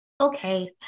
Okay